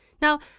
Now